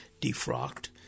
defrocked